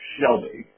Shelby